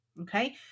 Okay